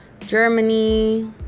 Germany